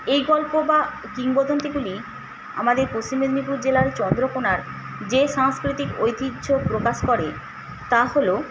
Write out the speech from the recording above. এই গল্প বা কিংবদন্তীগুলি আমাদের পশ্চিম মেদিনীপুর জেলার চন্দ্রকোনার যে সাংস্কৃতিক ঐতিহ্য প্রকাশ করে তা হল